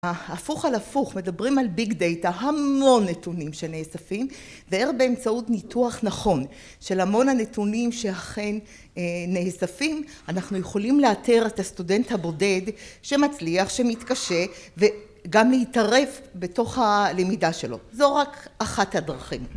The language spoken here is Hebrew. הפוך על הפוך מדברים על ביג דאטה, המון נתונים שנאספים והר באמצעות ניתוח נכון של המון הנתונים שאכן נאספים אנחנו יכולים לאתר את הסטודנט הבודד שמצליח, שמתקשה וגם להתערב בתוך הלמידה שלו. זו רק אחת הדרכים